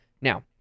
Now